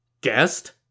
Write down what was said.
Guest